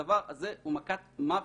הדבר הזה הוא מכת מוות.